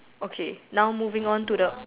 okay now moving on to the